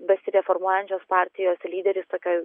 besireformuojančios partijos lyderis tokioj